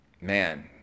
man